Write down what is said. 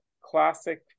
classic